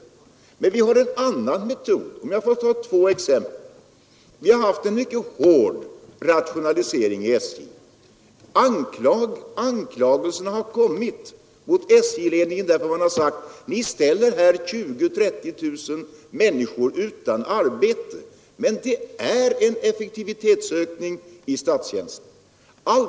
Men det finns också en annan metod. Jag vill ta två exempel. Det har skett en mycket hård rationalisering inom SJ. Anklagelser har gjorts mot SJ-ledningen för att den skulle ställa 20 000-30 000 människor utan arbete. Men det innebär en effektivitetsökning inom statstjänsten.